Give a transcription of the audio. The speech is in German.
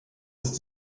ist